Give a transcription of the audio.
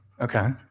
okay